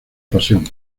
pasión